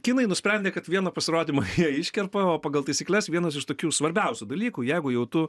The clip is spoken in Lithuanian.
kinai nusprendė kad vieną pasirodymą jie iškerpa o pagal taisykles vienas iš tokių svarbiausių dalykų jeigu jau tu